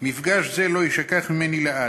מפגש זה לא יישכח ממני לעד.